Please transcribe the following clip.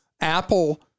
Apple